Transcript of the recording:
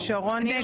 נגד.